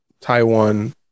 Taiwan